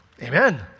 Amen